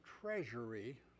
treasury